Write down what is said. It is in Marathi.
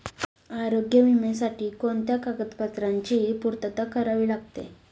आरोग्य विम्यासाठी कोणत्या कागदपत्रांची पूर्तता करावी लागते?